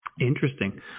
Interesting